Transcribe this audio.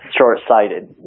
short-sighted